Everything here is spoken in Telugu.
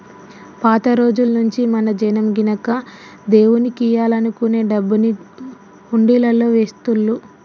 పాత రోజుల్నుంచీ మన జనం గినక దేవుడికియ్యాలనుకునే డబ్బుని హుండీలల్లో వేస్తుళ్ళు